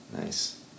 Nice